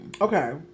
Okay